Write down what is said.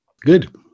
Good